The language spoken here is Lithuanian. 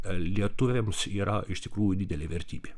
lietuviams yra iš tikrųjų didelė vertybė